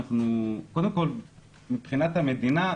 קודם כול מבחינת המדינה,